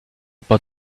but